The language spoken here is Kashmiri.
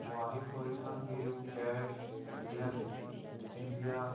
واریاہ فٲیدٕ حظ میلیو کیش لیٚس اِنڈیا